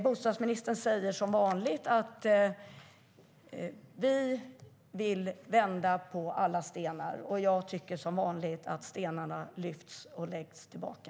Bostadsministern säger som vanligt att vi vill vända på alla stenar, och jag tycker som vanligt att stenarna lyfts och läggs tillbaka.